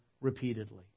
repeatedly